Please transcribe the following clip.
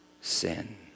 sin